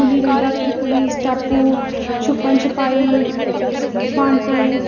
गुल्ली डंडा कीकली स्टैपू छुप्पन छुपाई स बांटे